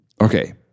okay